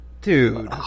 Dude